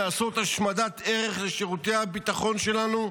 לעשות השמדת ערך לשירותי הביטחון שלנו?